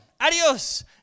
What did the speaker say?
Adios